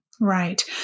Right